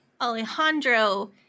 Alejandro